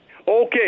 Okay